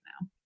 now